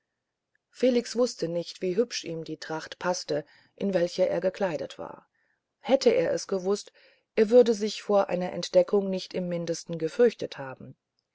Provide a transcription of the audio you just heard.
felix wußte nicht wie hübsch ihm die tracht paßte in welche er gekleidet war hätte er es gewußt er würde sich vor einer entdeckung nicht im mindesten gefürchtet haben